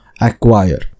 acquire